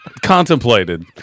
contemplated